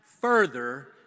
further